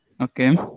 Okay